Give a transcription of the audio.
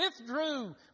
withdrew